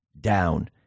down